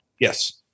Yes